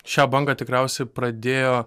šią bangą tikriausiai pradėjo